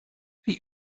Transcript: wie